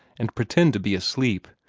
and pretend to be asleep,